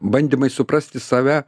bandymai suprasti save